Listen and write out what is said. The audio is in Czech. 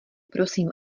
prosím